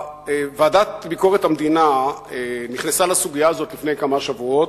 ועדת ביקורת המדינה נכנסה לסוגיה הזאת לפני כמה שבועות,